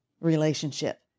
relationship